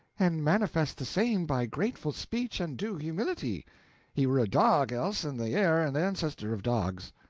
and manifest the same by grateful speech and due humility he were a dog, else, and the heir and ancestor of dogs.